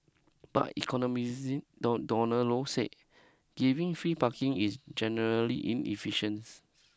but economist Donald Low said giving free parking is generally inefficience